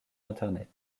internet